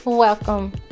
Welcome